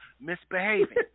misbehaving